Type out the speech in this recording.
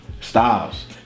Styles